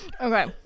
okay